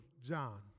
John